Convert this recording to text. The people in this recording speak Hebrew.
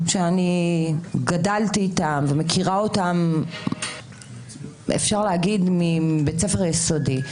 שאני גדלתי איתם ומכירה אותם אפשר להגיד מבית ספר יסודי,